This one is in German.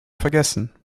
vergessen